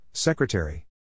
Secretary